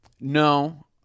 No